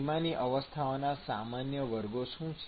સીમાની અવસ્થાના સામાન્ય વર્ગો શું છે